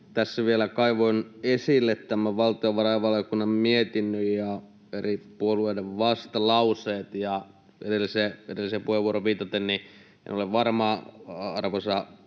tässä vielä kaivoin esille tämän valtiovarainvaliokunnan mietinnön ja eri puolueiden vastalauseet, ja edelliseen puheenvuoroon viitaten en ole varma, arvoisa